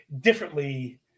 differently